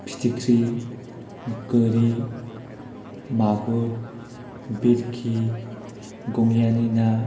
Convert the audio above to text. फिथिख्रि गोरि मागुर बिरखि गङियानि ना